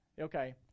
Okay